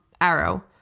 Arrow